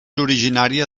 originària